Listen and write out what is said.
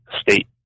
state